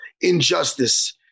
injustice